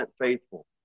faithful